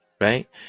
right